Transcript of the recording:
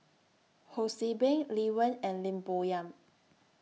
Ho See Beng Lee Wen and Lim Bo Yam